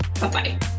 Bye-bye